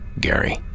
Gary